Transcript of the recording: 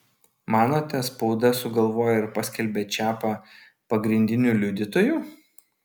manote spauda sugalvojo ir paskelbė čiapą pagrindiniu liudytoju